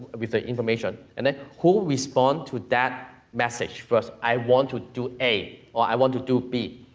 with the information, and then, who respond to that message first, i want to do a, or i want to do b,